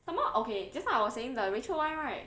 some more okay just now I was saying the rachel [one] right